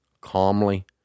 calmly